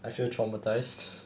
I feel traumatised